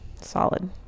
Solid